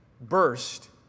burst